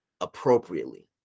appropriately